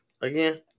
again